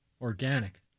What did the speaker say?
Organic